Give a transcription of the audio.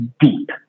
deep